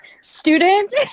student